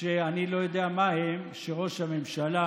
שאני לא יודע מהם, שראש הממשלה